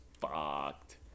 fucked